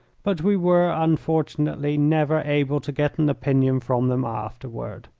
but we were, unfortunately, never able to get an opinion from them afterward.